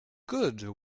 good